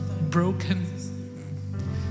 broken